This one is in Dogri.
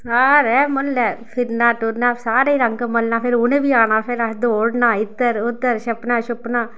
सारे म्हल्ले फिरना टुरना सारें गी रंग मलना फिर उ'नें बी औना फिर असें दौड़ना इद्धर उद्धर छप्पना छुप्पना